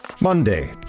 Monday